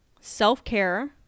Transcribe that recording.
self-care